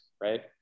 Right